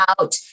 out